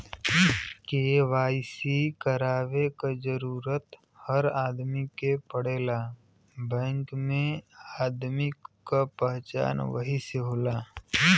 KYC करवाये क जरूरत हर आदमी के पड़ेला बैंक में आदमी क पहचान वही से होला